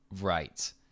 Right